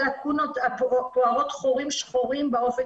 הלקונות הפוערות חורים שחורים באופן